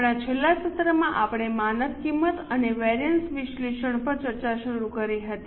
આપણા છેલ્લા સત્રમાં આપણે માનક કિંમત અને વિવિધતા વિશ્લેષણ પર ચર્ચા શરૂ કરી હતી